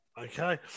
Okay